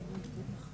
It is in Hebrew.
בבקשה גבירתי.